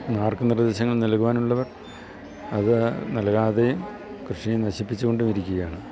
മാർഗ്ഗ നിർദ്ദേശങ്ങൾ നൽകുവാനുള്ളവർ അതു നൽകാതെയും കൃഷിയും നശിപ്പിച്ചു കൊണ്ടുമിരിക്കുകയാണ്